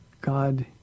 God